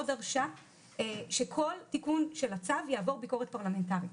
דרשה שכל תיקון של הצו יעבור ביקורת פרלמנטרית.